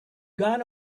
gone